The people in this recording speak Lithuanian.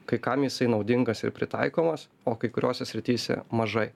kai kam jisai naudingas ir pritaikomas o kai kuriose srityse mažai